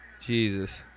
Jesus